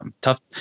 tough